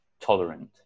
tolerant